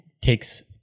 takes